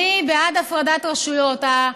אני בעד הפרדת רשויות.